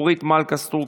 אורית מלכה סטרוק,